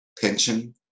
Pension